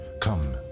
come